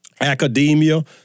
academia